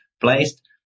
placed